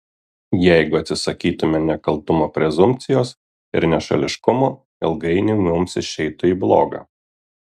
jeigu atsisakytumėme nekaltumo prezumpcijos ir nešališkumo ilgainiui mums išeitų į bloga